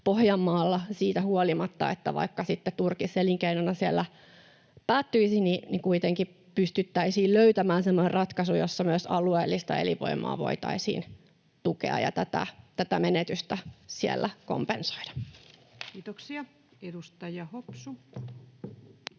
Pohjanmaalla siitä huolimatta, että turkis elinkeinona siellä päättyisi, kuitenkin pystyttäisiin löytämään semmoinen ratkaisu, jossa myös alueellista elinvoimaa voitaisiin tukea ja tätä menetystä siellä kompensoida. [Speech 177]